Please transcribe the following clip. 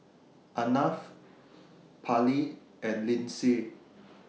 Arnav Parley and Lyndsay